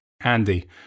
Andy